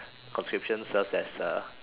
conscription serves as a